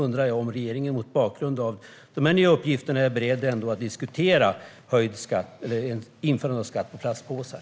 Är regeringen mot bakgrund av dessa nya uppgifter beredd att diskutera ett införande av skatt på plastpåsar?